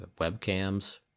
webcams